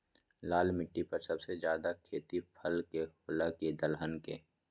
लाल मिट्टी पर सबसे ज्यादा खेती फल के होला की दलहन के?